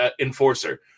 enforcer